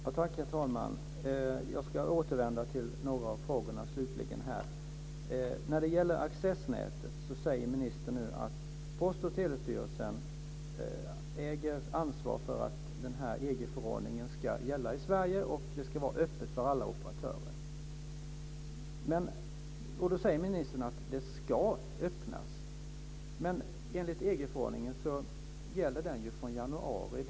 Herr talman! Jag ska återvända till några av frågorna. Ministern säger att Post och telestyrelsen äger ansvar för att EG-förordningen om accessnät ska gälla i Sverige. Det ska vara öppet för alla operatörer. Ministern säger att det ska öppnas. Men EG förordningen gäller ju från januari i år.